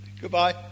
Goodbye